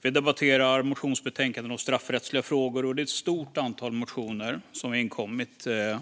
Vi debatterar motionsbetänkanden om straffrättsliga frågor. Det är ett stort antal motioner som har inkommit och